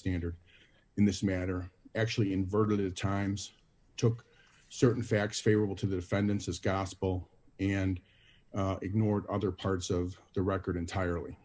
standard in this matter actually inverted at times took certain facts favorable to the defendants as gospel and ignored other parts of the record entirely